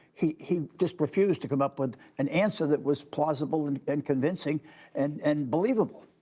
he he just refused to come up with an answer that was plausible and and convincing and and believable.